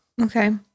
Okay